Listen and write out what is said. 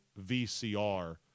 vcr